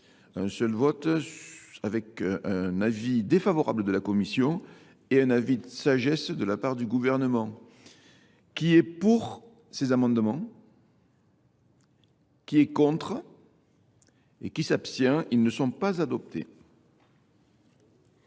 un seul vote avec un avis défavorable de la Commission et un avis de sagesse de la part du gouvernement. Qui est pour ces amendements ? Qui est contre ? Et qui s'abstient ? Ils ne sont pas adoptés.